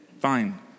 fine